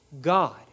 God